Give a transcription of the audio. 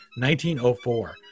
1904